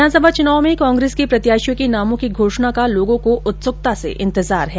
विधानसभा चुनावों में कांग्रेस के प्रत्याशियों के नामों की घोषणा का लोगों को उत्सुकता से इंतजार है